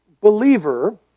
believer